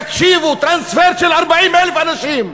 תקשיבו: טרנספר של 40,000 אנשים,